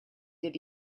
did